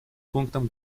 пунктам